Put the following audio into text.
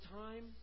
time